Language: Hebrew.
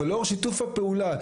אבל לאור שיתוף הפעולה,